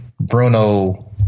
Bruno